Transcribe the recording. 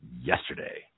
yesterday